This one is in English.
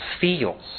feels